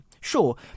Sure